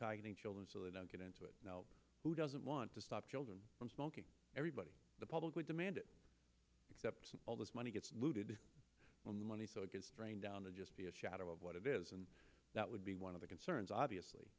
getting children so they don't get into it who doesn't want to stop children from smoking everybody the public would demand it except all this money gets looted when the money so it gets down to just be a shadow of what it is and that would be one of the concerns obviously